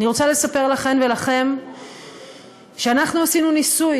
אני רוצה לספר לכם ולכן שאנחנו עשינו ניסוי.